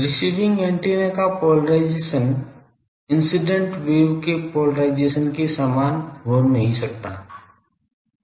receiving antenna का polarisation incident wave के polarisation के समान नहीं हो सकता है